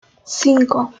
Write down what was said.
cinco